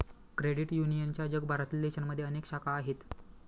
credit युनियनच्या जगभरातील देशांमध्ये अनेक शाखा आहेत